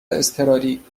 اضطراری